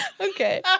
Okay